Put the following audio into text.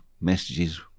messages